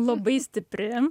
labai stipri